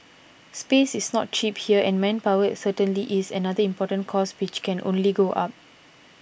space is not cheap here and manpower is certainly is another important cost which can only go up